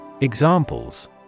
Examples